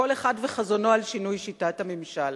כל אחד וחזונו על שינוי שיטת הממשל.